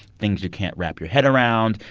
things you can't wrap your head around,